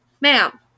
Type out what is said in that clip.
Ma'am